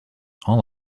all